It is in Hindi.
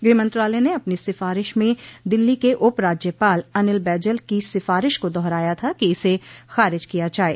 गृह मंत्रालय ने अपनी सिफारिश में दिल्ली के उप राज्यपाल अनिल बैजल की सिफारिश को दोहराया था कि इसे खारिज किया जाये